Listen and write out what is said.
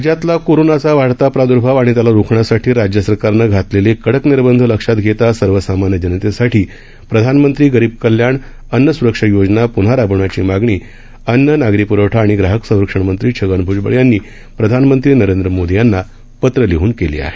राज्यातला कोरोनाचा वाढता प्रादर्भाव आणि त्याला रोखण्यासाठी राज्य सरकारनं घातलेले कडक निर्बंध लक्षात घेता सर्वसामान्य जनतेसाठी प्रधानमंत्री गरीब कल्याण अन्न स्रक्षा योजना प्न्हा राबवण्याची मागणी अन्न नागरी प्रवठा आणि ग्राहक संरक्षण मंत्री छगन भ्जबळ यांनी प्रधानमंत्री नरेंद्र मोदी यांना पत्र लिहन केली आहे